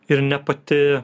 ir ne pati